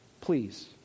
Please